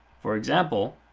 for example,